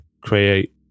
create